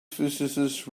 physicist